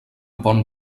pont